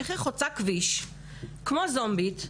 איך היא חוצה כביש כמו זומבית,